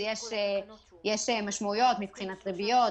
יש משמעויות מבחינת ריביות,